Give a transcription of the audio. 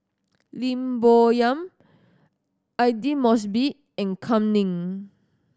Lim Bo Yam Aidli Mosbit and Kam Ning